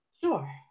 Sure